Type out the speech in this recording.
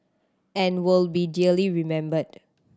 and will be dearly remembered